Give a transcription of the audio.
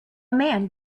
man